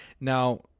now